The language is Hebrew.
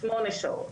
שמונה שעות.